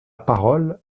parole